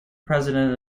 president